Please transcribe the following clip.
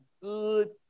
good